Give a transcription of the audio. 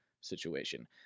situation